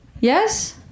Yes